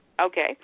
Okay